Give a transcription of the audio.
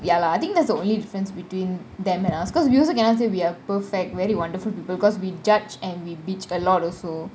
ya lah I think that's the only difference between them and us because we also cannot say we are perfect very wonderful people because we judge and we bitch a lot also